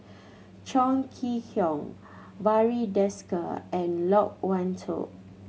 Chong Kee Hiong Barry Desker and Loke Wan Tho